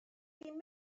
ddim